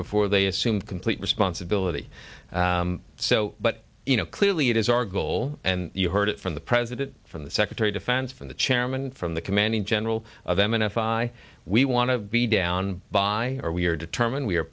before they assume complete responsibility so but you know clearly it is our goal and you heard it from the president from the secretary defense from the chairman from the commanding general of m n f i we want to be down by are we are determined we